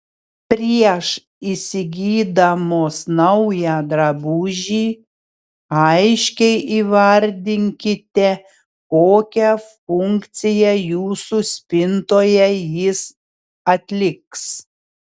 prieš įsigydamos naują drabužį aiškiai įvardinkite kokią funkciją jūsų spintoje jis atliks